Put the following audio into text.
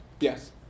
Yes